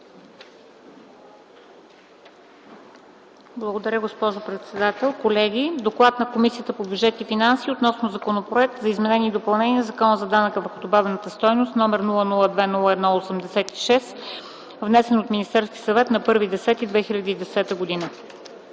Благодаря, госпожо председател. Колеги, „ДОКЛАД на Комисията по бюджет и финанси относно Законопроект за изменение и допълнение на Закона за данък върху добавената стойност, № 002-01-86, внесен от Министерския съвет на 1.10.2010 г.